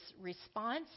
response